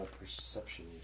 perception